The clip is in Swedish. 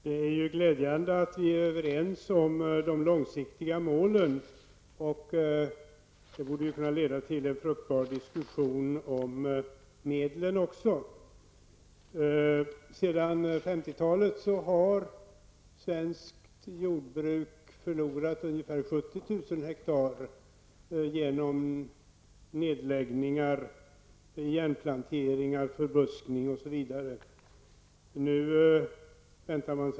Fru talman! Det är glädjande att vi är överens om de långsiktiga målen. Det borde kunna leda till en fruktbar diskussion också om medlen. Sedan 1950 talet har svenskt jordbruk förlorat ungefär 700 000 hektar genom nedläggningar, igenplanteringar, förbuskning osv.